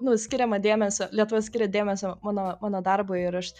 nu skiriama dėmesio lietuva skiria dėmesio mano mano darbui ir aš